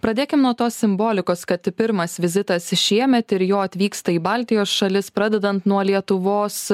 pradėkim nuo tos simbolikos kad pirmas vizitas šiemet ir jo atvyksta į baltijos šalis pradedant nuo lietuvos